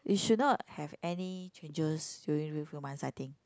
we should not have any changes during these few months I think